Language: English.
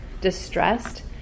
distressed